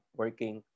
working